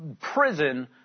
prison